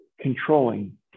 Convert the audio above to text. controlling